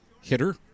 hitter